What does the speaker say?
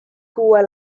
kuue